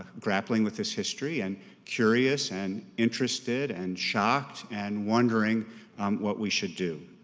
grappling with its history and curious and interested and shocked and wondering what we should do.